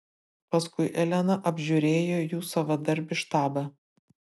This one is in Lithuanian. paskui elena apžiūrėjo jų savadarbį štabą